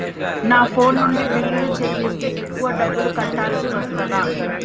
నా ఫోన్ నుండి బిల్లులు చెల్లిస్తే ఎక్కువ డబ్బులు కట్టాల్సి వస్తదా?